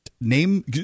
Name